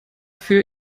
für